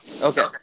Okay